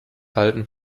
halten